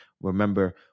remember